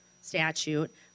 statute